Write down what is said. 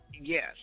Yes